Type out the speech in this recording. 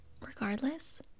regardless